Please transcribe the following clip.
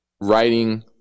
writing